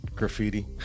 graffiti